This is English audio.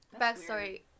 Backstory